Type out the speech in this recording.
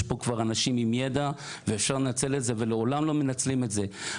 יש פה כבר אנשים עם ידע ואפשר לנצל את זה ולעולם לא מנצלים את זה.